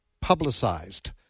publicized